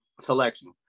selection